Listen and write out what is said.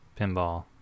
Pinball